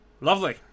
Lovely